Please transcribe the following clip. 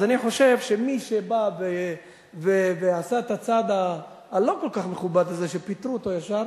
אז אני חושב שמי שבא ועשה את הצעד הלא כל כך מכובד הזה ופיטר אותו ישר,